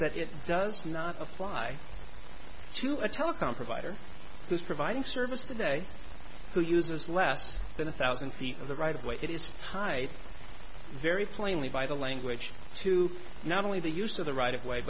says that it does not apply to a telecom provider who is providing service today who uses less than a thousand feet of the right of way it is tied very plainly by the language to not only the use of the right of way